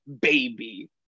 baby